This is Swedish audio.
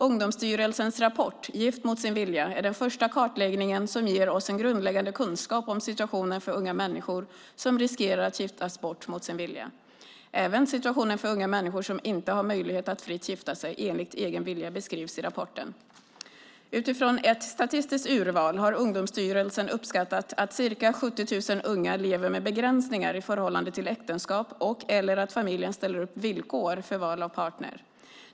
Ungdomsstyrelsen rapport Gift mot sin vilja är den första kartläggningen som ger oss en grundläggande kunskap om situationen för unga människor som riskerar att giftas bort mot sin vilja. Även situationen för unga människor som inte har möjlighet att fritt gifta sig enligt egen vilja beskrivs i rapporten. Utifrån ett statistiskt urval har Ungdomsstyrelsen uppskattat att ca 70 000 unga lever med begränsningar i förhållande till äktenskap och/eller att familjen ställer upp villkor för val av partner.